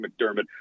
McDermott